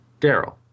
Daryl